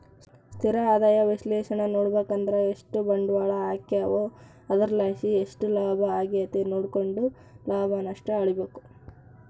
ಸ್ಥಿರ ಆದಾಯ ವಿಶ್ಲೇಷಣೇನಾ ನೋಡುಬಕಂದ್ರ ಎಷ್ಟು ಬಂಡ್ವಾಳ ಹಾಕೀವೋ ಅದರ್ಲಾಸಿ ಎಷ್ಟು ಲಾಭ ಆಗೆತೆ ನೋಡ್ಕೆಂಡು ಲಾಭ ನಷ್ಟ ಅಳಿಬಕು